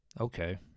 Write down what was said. Okay